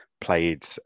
played